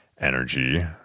energy